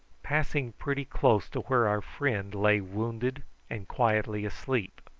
passing pretty close to where our friend lay wounded and quietly asleep.